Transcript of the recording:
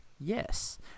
yes